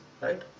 right